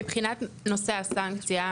מבחינת נושא הסנקציה,